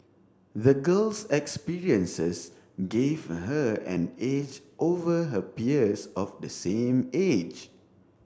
the girl's experiences gave her an edge over her peers of the same age